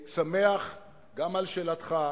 אני אומר שאחד הדברים שאני מתריע עליהם כל הזמן ואומר,